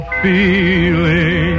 feeling